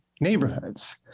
neighborhoods